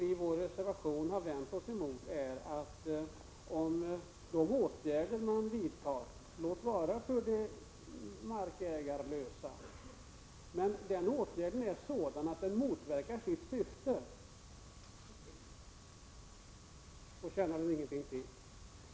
Vad vi reservanter har vänt oss mot är att de åtgärder som vidtas — låt vara för de marklösa — inte tjänar någonting till om de motverkar sitt syfte.